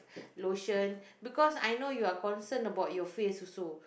lotion because I know you're concern about your face also